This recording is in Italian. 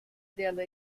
della